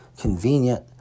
convenient